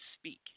speak